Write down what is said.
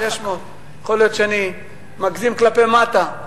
יכול להיות, מגזים כלפי מטה.